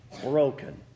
broken